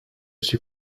suis